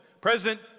President